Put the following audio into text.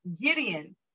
Gideon